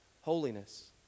Holiness